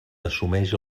assumeix